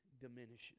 diminishes